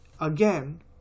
again